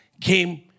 came